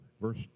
verse